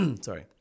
Sorry